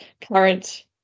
current